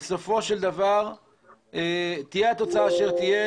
בסופו של דבר תהיה התוצאה אשר תהיה,